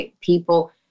people